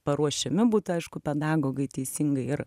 paruošiami būtų aišku pedagogai teisingai ir